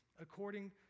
according